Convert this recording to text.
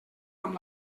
amb